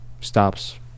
stops